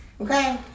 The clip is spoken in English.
Okay